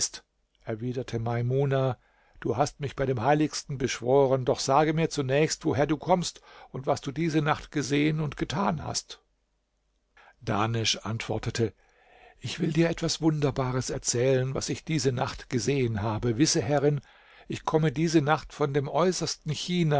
erwiderte maimuna du hast mich bei dem heiligsten beschworen doch sage mir zunächst woher du kommst und was du diese nacht gesehen und getan hast dahnesch antwortete ich will dir etwas wunderbares erzählen was ich diese nacht gesehen habe wisse herrin ich komme diese nacht von dem äußersten china